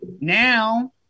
Now